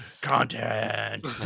content